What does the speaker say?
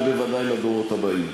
ובוודאי לדורות הבאים.